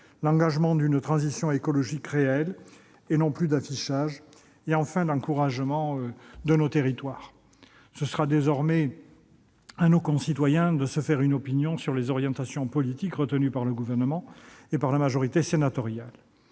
; engager une transition écologique réelle et non plus d'affichage ; encourager nos territoires. C'est à nos concitoyens, désormais, de se faire une opinion sur les orientations politiques retenues par le Gouvernement et par la majorité sénatoriale.